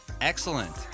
Excellent